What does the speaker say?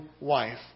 wife